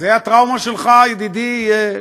זו הטראומה שלך, ידידי?